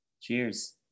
Cheers